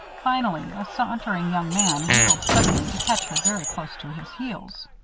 finally a sauntering young man wheeled suddenly to catch her very close to his heels.